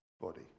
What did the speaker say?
body